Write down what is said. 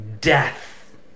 death